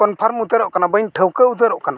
ᱩᱛᱟᱹᱨᱚᱜ ᱠᱟᱱᱟ ᱵᱟᱹᱧ ᱴᱷᱟᱹᱣᱠᱟᱹ ᱩᱛᱟᱹᱨᱚᱜ ᱠᱟᱱᱟ